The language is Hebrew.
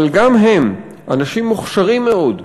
אבל גם הם, אנשים מוכשרים מאוד,